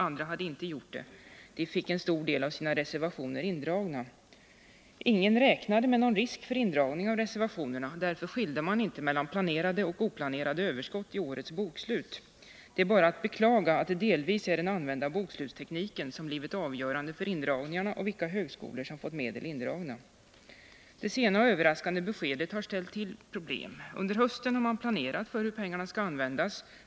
Andra hade inte gjort det. De fick en stor del av sina reservationer indragna. Ingen räknade med någon risk för indragning av reservationer. Därför skilde man inte mellan planerade och oplanerade överskott i årets bokslut. Det är bara att beklaga att det delvis är den använda bokslutstekniken som blivit avgörande för indragningarna och vilka högskolor som fått medel indragna. Det sena och överraskande beskedet har ställt till problem. Under hösten har man planerat hur pengarna skall användas.